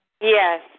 Yes